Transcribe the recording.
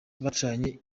bacanye